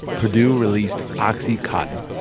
purdue released oxycontin